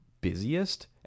busiest